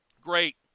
great